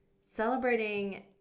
celebrating